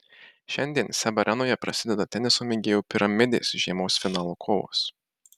šiandien seb arenoje prasideda teniso mėgėjų piramidės žiemos finalo kovos